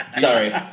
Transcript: Sorry